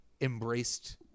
embraced